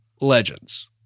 legends